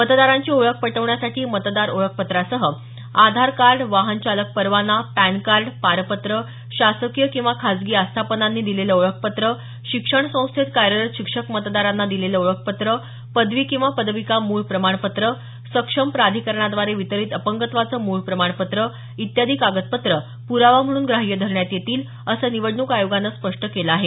मतदारांची ओळख पटवण्यासाठी मतदार ओळखपत्रासह आधार कार्ड वाहन चालक परवाना पॅन कार्ड पारपत्र शासकीय किंवा खासगी आस्थापनांनी दिलेलं ओळखपत्र शिक्षण संस्थेत कार्यरत शिक्षक मतदारांना दिलेलं ओळखपत्र पदवी किंवा पदविका मूळ प्रमाणपत्र सक्षम प्राधिकरणाद्वारे वितरीत अपंगत्वाचं मूळ प्रमाणपत्र इत्यादी कागदपत्रं प्रावा म्हणून ग्राह्य धरण्यात येतील असं निवडणूक आयोगानं स्पष्ट केलं आहे